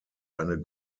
eine